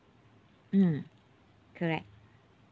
mm correct